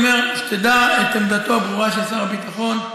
שתדע את עמדתו הברורה של שר הביטחון.